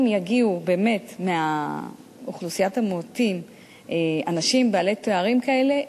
אם יגיעו באמת מאוכלוסיית המיעוטים אנשים בעלי תארים כאלה,